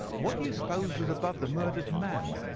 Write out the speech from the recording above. what do you suppose was above the murdered man?